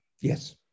Yes